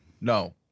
no